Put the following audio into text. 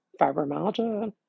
Fibromyalgia